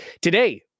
Today